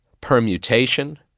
permutation